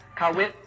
Kawit